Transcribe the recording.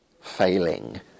failing